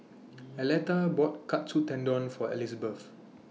Aleta bought Katsu Tendon For Elizbeth